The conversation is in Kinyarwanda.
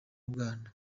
bwana